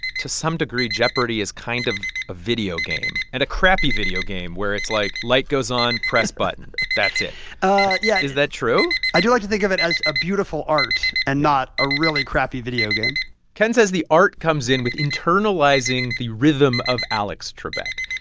to some degree, jeopardy! is kind of a video game, and a crappy video game where it's, like, light goes on, press button that's it yeah is that true? i do like to think of it as a beautiful art and not a really crappy video game ken says the art comes in with internalizing the rhythm of alex trebek.